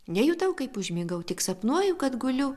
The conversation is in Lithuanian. nejutau kaip užmigau tik sapnuoju kad guliu